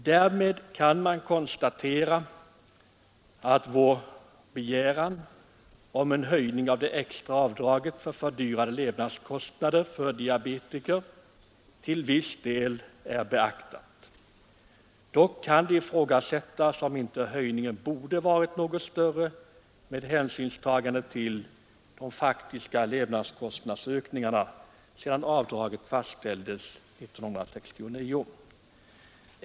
Därmed kan man konstatera att vår begäran om en höjning av det extra avdraget för fördyrade levnadskostnader för diabetiker till viss del är beaktad. Dock kan ifrågasättas om inte höjningen borde ha varit något större med hänsyn till de faktiska levnadskostnaderna sedan avdraget fastställdes 1969.